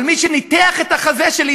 אבל מי שניתח את החזה שלי,